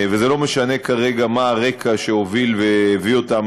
וזה לא משנה כרגע מה הרקע שהוביל והביא אותם